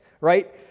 right